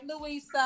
Louisa